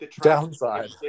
Downside